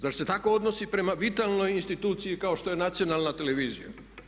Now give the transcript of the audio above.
Zar se tako odnosi prema vitalnoj instituciji kao što je nacionalna televizija?